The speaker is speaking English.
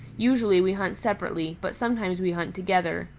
usually we hunt separately, but sometimes we hunt together.